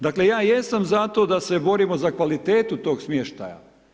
Dakle, ja jesam za to da se borimo za kvalitetu toga smještaja.